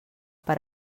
per